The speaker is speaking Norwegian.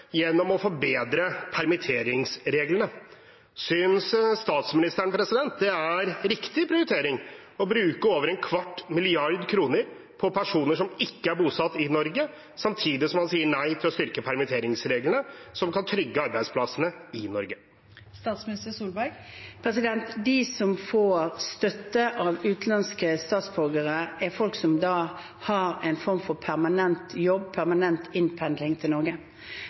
gjennom å forbedre permitteringsreglene. Synes statsministeren det er riktig prioritering å bruke over en kvart milliard kroner på personer som ikke er bosatt i Norge, samtidig som man sier nei til å styrke permitteringsreglene, som kan trygge arbeidsplassene i Norge? De utenlandske statsborgerne som får støtte, er folk som har en form for permanent jobb, permanent innpendling til Norge.